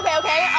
um okay. aww.